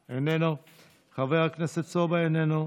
חבר הכנסת אוחנה, איננו,